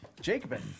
Jacobin